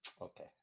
Okay